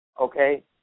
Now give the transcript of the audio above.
okay